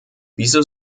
wieso